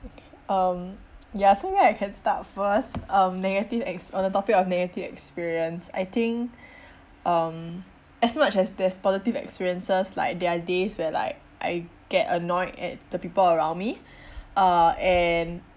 um ya so what I can start first um negative ex on the topic of negative experience I think um as much as there's positive experiences like there are days where like I get like annoyed at the people around me uh and